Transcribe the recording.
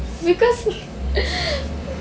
like because